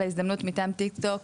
על ההזדמנות מטעם טיקטוק,